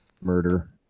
murder